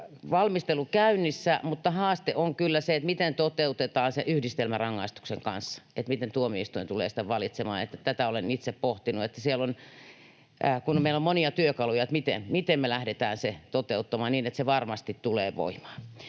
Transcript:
valmistelu käynnissä, mutta haaste on kyllä se, miten se toteutetaan yhdistelmärangaistuksen kanssa, miten tuomioistuin tulee sitten valitsemaan — tätä olen itse pohtinut. Kun meillä on monia työkaluja, niin miten me lähdetään se toteuttamaan niin, että se varmasti tulee voimaan?